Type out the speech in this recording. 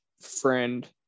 friend